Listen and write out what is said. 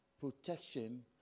protection